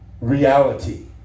reality